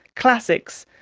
classics,